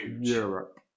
Europe